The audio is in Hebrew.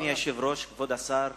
אדוני היושב-ראש, כבוד השר,